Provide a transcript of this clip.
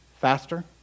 faster